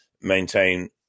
maintain